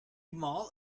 mall